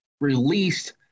released